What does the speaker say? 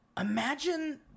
imagine